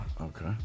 Okay